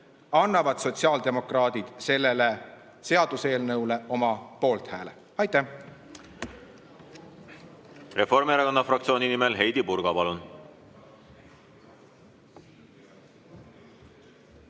annavad sotsiaaldemokraadid sellele seaduseelnõule oma poolthääle. Aitäh! Reformierakonna fraktsiooni nimel Heidy Purga. Palun!